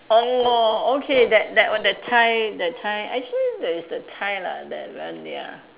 orh okay that that that Thai that Thai actually there is a tie lah that one ya